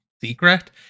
secret